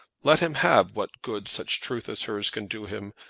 let him have what good such truth as hers can do him.